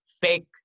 fake